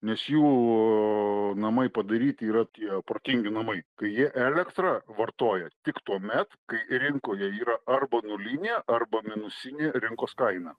nes jų namai padaryti yra tie protingi namai kai jie elektrą vartoja tik tuomet kai rinkoje yra arba nulinė arba minusinė rinkos kaina